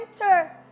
enter